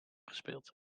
gespeeld